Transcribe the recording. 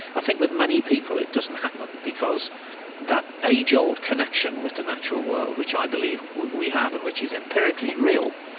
i think, with many people, it doesn't happen, because that age-old connection with the natural world which i believe we have and which is empirically real,